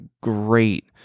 great